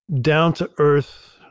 down-to-earth